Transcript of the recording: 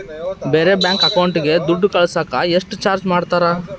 ಬೇರೆ ಬ್ಯಾಂಕ್ ಅಕೌಂಟಿಗೆ ದುಡ್ಡು ಕಳಸಾಕ ಎಷ್ಟು ಚಾರ್ಜ್ ಮಾಡತಾರ?